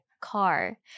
car